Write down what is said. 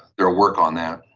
their work on that.